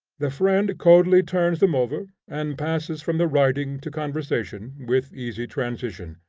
the friend coldly turns them over, and passes from the writing to conversation, with easy transition,